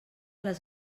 les